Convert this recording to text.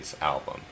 album